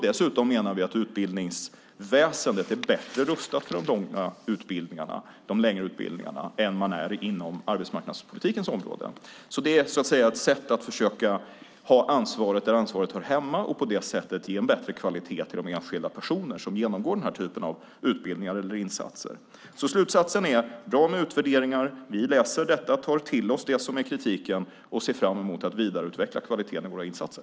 Dessutom menar vi att utbildningsväsendet är bättre rustat för de längre utbildningarna än man är inom arbetsmarknadspolitikens område. Det är ett sätt att försöka lägga ansvaret där ansvaret hör hemma och på det sättet ge en bättre kvalitet till de enskilda personer som genomgår den här typen av utbildningar eller insatser. Slutsatsen är att det är bra med utvärderingar. Vi läser detta, tar till oss kritiken och ser fram emot att vidareutveckla kvaliteten i våra insatser.